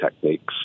techniques